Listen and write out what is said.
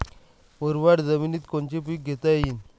मुरमाड जमिनीत कोनचे पीकं घेता येईन?